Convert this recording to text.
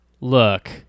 look